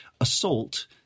assault